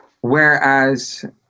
whereas